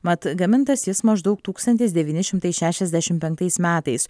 mat gamintas jis maždaug tūkstantis devyni šimtai šešiasdešim penktais metais